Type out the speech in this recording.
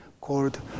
called